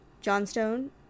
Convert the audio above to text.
Johnstone